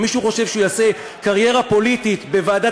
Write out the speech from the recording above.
אם מישהו חושב שהוא יעשה קריירה פוליטית בוועדת